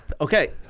Okay